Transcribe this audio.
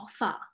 offer